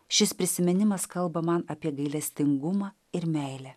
šis prisiminimas kalba man apie gailestingumą ir meilę